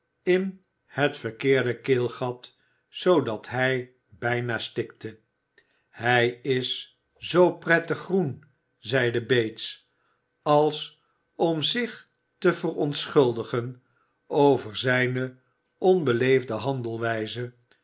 in het verkeerde keelgat zoodat hij bijna stikte hij is zoo prettig groen zeide bates als om zich te verontschuldigen over zijne onbeleefde